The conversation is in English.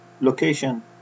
location